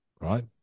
right